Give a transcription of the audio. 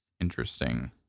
Interesting